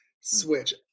switch